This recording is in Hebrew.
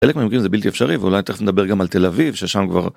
חלק מהמקרים זה בלתי אפשרי ואולי תכף נדבר גם על תל אביב ששם כבר.